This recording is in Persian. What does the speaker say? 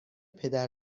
پدر